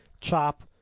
chop